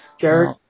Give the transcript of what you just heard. Jared